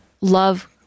love